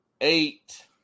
eight